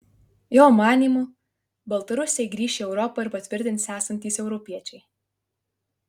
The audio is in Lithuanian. jo manymu baltarusiai grįš į europą ir patvirtins esantys europiečiai